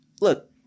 Look